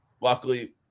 luckily